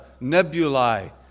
nebulae